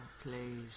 please